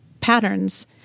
patterns